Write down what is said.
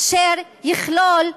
אשר יכלול,